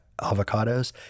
avocados